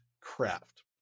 craft